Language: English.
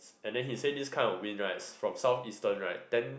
and then he say this kind of wind right from south eastern right tend